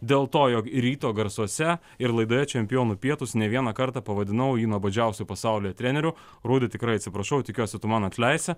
dėl to jog ryto garsuose ir laidoje čempionų pietūs ne vieną kartą pavadinau jį nuobodžiausiu pasaulio treneriu rudi tikrai atsiprašau tikiuosi tu man atleisi